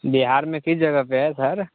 बिहार में किस जगह पर है सर